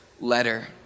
letter